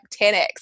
10X